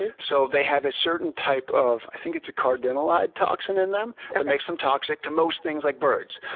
and so they have a certain type of, i think it's a cardenolide toxin, in them that makes them toxic to most things like birds.